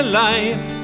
life